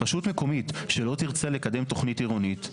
רשות מקומית שלא תרצה לקדם תוכנית עירונית,